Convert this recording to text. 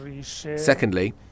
Secondly